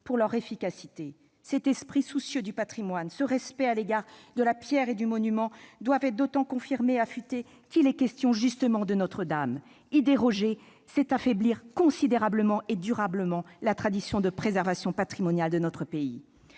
pour leur efficacité. Cet esprit soucieux du patrimoine, ce respect à l'égard de la pierre et du monument doivent être d'autant plus confirmés et affutés qu'il est question justement de Notre-Dame. Y déroger, c'est affaiblir considérablement et durablement la tradition de préservation patrimoniale de notre pays.